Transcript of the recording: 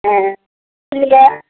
हँ सुनि गऽ